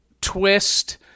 twist